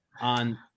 On